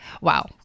Wow